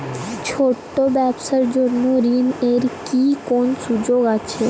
ছোট ব্যবসার জন্য ঋণ এর কি কোন সুযোগ আছে?